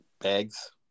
Bags